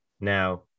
now